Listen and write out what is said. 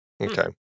Okay